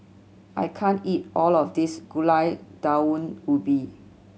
I can't eat all of this Gulai Daun Ubi